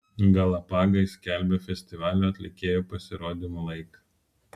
galapagai skelbia festivalio atlikėjų pasirodymų laiką